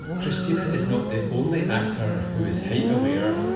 christina is not the only actor who is height aware,